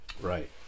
Right